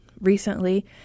recently